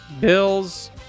Bills